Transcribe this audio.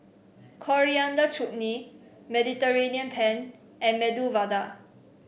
Coriander Chutney Mediterranean Penne and Medu Vada